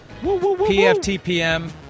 PFTPM